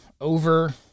over